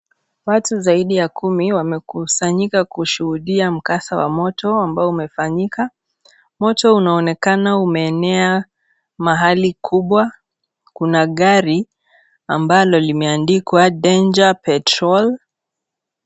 Watu zaidi ya kumi wamekusanyika kushuhudia mkasa wa moto ambao umefanyika. Moto unaonekana umeenea mahali kubwa. Kuna gari ambalo limeandikwa danger petrol .